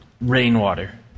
rainwater